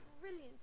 Brilliant